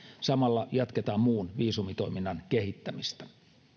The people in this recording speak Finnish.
samalla jatketaan muun viisumitoiminnan kehittämistä